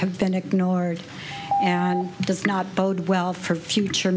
have been ignored and does not bode well for future